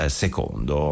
secondo